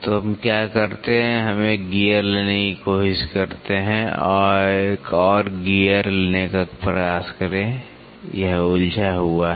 तो हम क्या करते हैं हम एक गियर लेने की कोशिश करते हैं एक और गियर लेने का प्रयास करें यह उलझा हुआ है